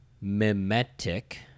mimetic